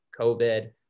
COVID